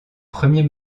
premier